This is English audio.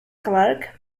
clerk